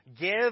Give